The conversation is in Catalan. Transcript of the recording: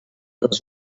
dos